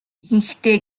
ихэнхдээ